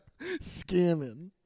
Scamming